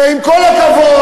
ועם כל הכבוד,